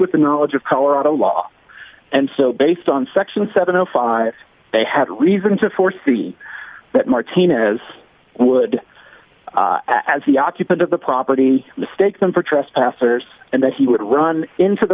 with the knowledge of colorado law and so based on section seven hundred and five they had reason to foresee that martinez would as the occupant of the property mistake them for trespassers and that he would run into the